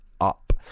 up